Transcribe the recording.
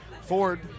Ford